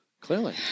clearly